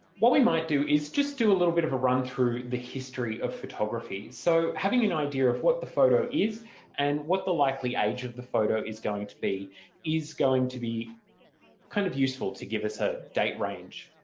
what we might do is just do a little bit of a run-through the history of photography so having an idea of what the photo is and what the likely age of the photo is going to be is going to be kind of useful to give us a date range.